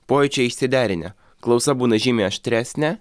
pojūčiai išsiderinę klausa būna žymiai aštresnė